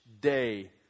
day